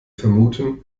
vermuten